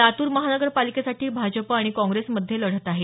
लातूर महानगरपालिकेसाठी भाजप आणि काँग्रेसमध्ये लढत आहे